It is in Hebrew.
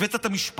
הבאת את המשפחה,